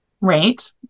Right